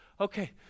Okay